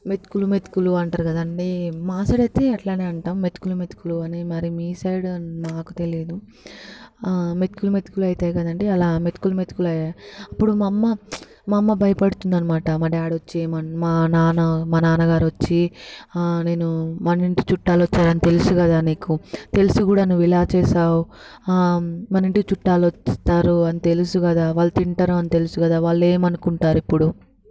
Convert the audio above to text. మెతుకులు మెతుకులు అంటారు కదండీ మా సైడ్ అయితే అలానే అంటాము మెతుకులు మెతుకులు అని మరి మీ సైడ్ నాకు తెలియదు మెతుకులు మెతుకులు అవుతాయి కదండి అలా మెతుకులు మెతుకులు అయ్యాయి అప్పుడు మా అమ్మ మా అమ్మ భయపడుతుంది అన్నమాట మా డాడి వచ్చి మా నాన్న మా నాన్నగారు వచ్చి నేను మన ఇంటికి చుట్టాలు వచ్చారని తెలుసు కదా నీకు తెలిసి కూడా నువ్వు ఇలా చేసావు మన ఇంటికి చుట్టాలు వస్తారు అని తెలుసు కదా వాళ్ళు తింటారు అని తెలుసు కదా వాళ్ళు ఏమని అనుకుంటారు ఇప్పుడు